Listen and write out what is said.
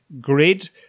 grid